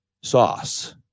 sauce